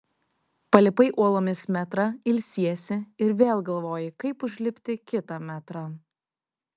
palipai uolomis metrą ilsiesi ir vėl galvoji kaip užlipti kitą metrą